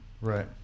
Right